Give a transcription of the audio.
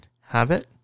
Habit